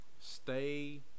stay